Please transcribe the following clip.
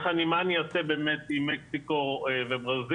מה אני עושה עם מקסיקו וברזיל,